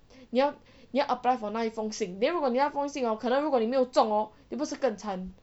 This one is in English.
你要你要 apply for 那一封信 then 如果你那一封信 hor 可能如果你没有中 hor 你不是更惨